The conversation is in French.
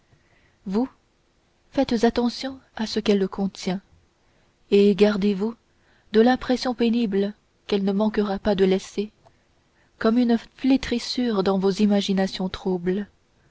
vous faites attention à ce qu'elle contient et gardez-vous de l'impression pénible qu'elle ne manquera pas de laisser comme une flétrissure dans vos imaginations troublées